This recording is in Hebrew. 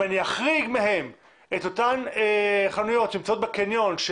אם אני אחריג מהן את אותן חנויות שנמצאות בקניון,